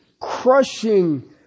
crushing